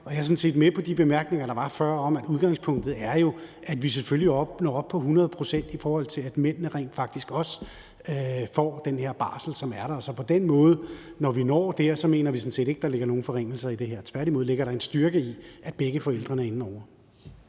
set med på de bemærkninger, der var før, om, at udgangspunktet jo er, at vi selvfølgelig når op på 100 pct., i forhold til at mændene rent faktisk også får den her barsel, som er der. Når vi når dertil, mener vi sådan set ikke, at der ligger nogen forringelser i det her – tværtimod ligger der en styrke i, at begge forældrene er inde over.